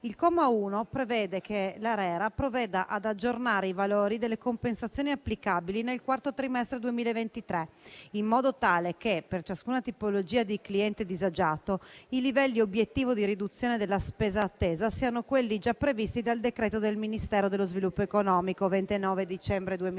Il comma 1 prevede che l'ARERA provveda ad aggiornare i valori delle compensazioni applicabili nel quarto trimestre del 2023, in modo tale che per ciascuna tipologia di cliente disagiato i livelli obiettivo di riduzione della spesa attesa siano quelli già previsti dal decreto del Ministero dello sviluppo economico del 29 dicembre 2016